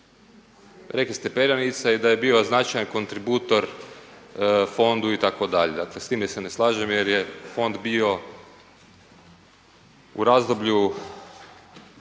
rekli ste perjanica i da je bio značajan kontributor fondu itd. Dakle s time se ne slažem jer je fond bio u razdoblju